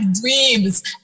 dreams